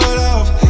love